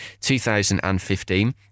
2015